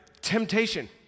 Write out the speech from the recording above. temptation